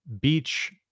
Beach